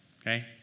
Okay